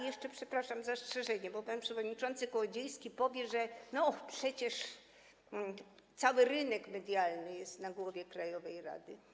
Jeszcze, przepraszam, zastrzeżenie, bo pan przewodniczący Kołodziejski powie, że przecież cały rynek medialny jest na głowie krajowej rady.